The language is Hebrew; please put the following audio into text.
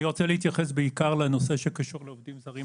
אני רוצה להתייחס בעיקר לנושא שקשור לעובדים זרים,